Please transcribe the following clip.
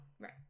Right